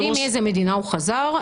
אנחנו יודעים מאיזה מדינה הוא חזר.